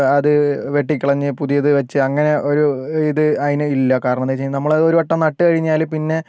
അത് വെട്ടിക്കളഞ്ഞ് പുതിയത് വെച്ച് അങ്ങനെ ഒരു ഇത് അതിന് ഇല്ല കാരണമെന്താണ് വെച്ച് കഴിഞ്ഞാൽ നമ്മളത് ഒര് വട്ടം നട്ട് കഴിഞ്ഞാല് പിന്നെ